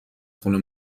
خونه